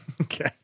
Okay